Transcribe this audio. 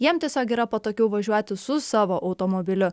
jiem tiesiog yra patogiau važiuoti su savo automobiliu